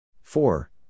four